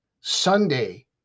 Sunday